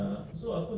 ah covalent